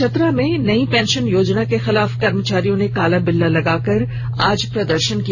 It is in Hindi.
चतरा में नई पेंशन योजना के खिलाफ कर्मचारियों ने काला बिल्ला लगाकर आज प्रदर्शन किया